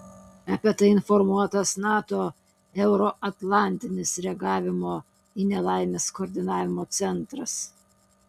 apie tai informuotas nato euroatlantinis reagavimo į nelaimes koordinavimo centras